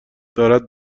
دارد